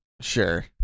Sure